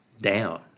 down